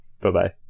Bye-bye